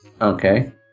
Okay